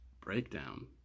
breakdown